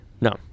no